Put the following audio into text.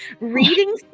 Reading